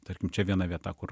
tarkim čia viena vieta kur